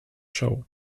show